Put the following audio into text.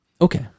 Okay